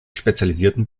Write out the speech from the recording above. spezialisierten